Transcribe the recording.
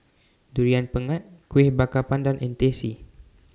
Durian Pengat Kueh Bakar Pandan and Teh C